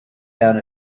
down